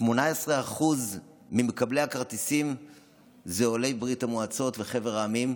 18% ממקבלי הכרטיסים הם עולי ברית המועצות וחבר המדינות,